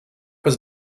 was